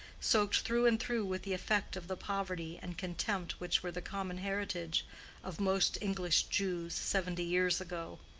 soaked through and through with the effect of the poverty and contempt which were the common heritage of most english jews seventy years ago.